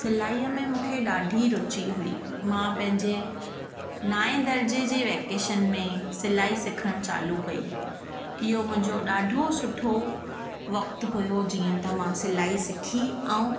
सिलाईअ में मूंखे ॾाढी रुची हुई मां पंहिंजे नाए दर्जे जे वेकेशन में सिलाई सिखणु चालू कई इहो मुंहिंजो ॾाढो सुठो वक़्तु हुयो जीअं त मां सिलाई सिखी ऐं